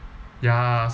ya